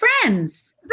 friends